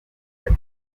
ati